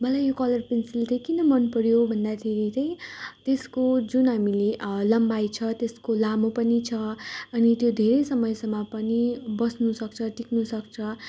मलाई यो colour pencil चाहिँ किन मनपर्यो भन्दाखेरि चाहिँ त्यसको जुन हामीले लम्बाइ छ त्यसको लामो पनि छ अनि त्यो धेरै समयसम्म पनि बस्नुसक्छ टिक्नुसक्छ